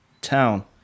town